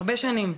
הרבה שנים.